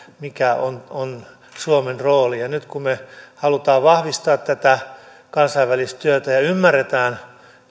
mikä on on suomen rooli nyt kun me haluamme vahvistaa tätä kansainvälistä työtä ja ymmärrämme